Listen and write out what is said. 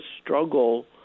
struggle